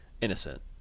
innocent